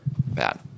bad